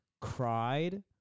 cried